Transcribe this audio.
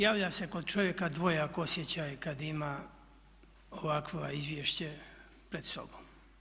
Javlja se kod čovjeka dvojak osjećaj kad ima ovakvo izvješće pred sobom.